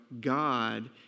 God